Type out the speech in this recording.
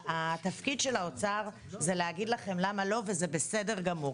התפקיד של האוצר זה להגיד לכם למה לא וזה בסדר גמור.